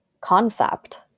concept